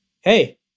hey